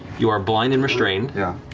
you are blind and restrained. yeah